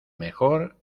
mejor